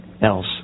else